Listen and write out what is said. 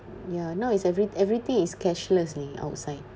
ya now it's every everything is cashless leh outside